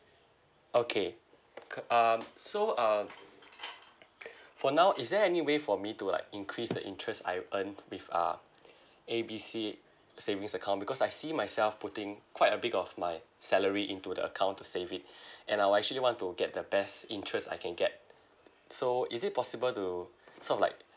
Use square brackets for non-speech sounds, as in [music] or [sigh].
okay k~ um so um [breath] for now is there any way for me to like increase the interest I'll earn with uh A B C savings account because I see myself putting quite a bit of my salary into the account to save it [breath] and I'll actually want to get the best interest I can get so is it possible to sort of like